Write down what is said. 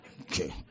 Okay